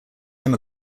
him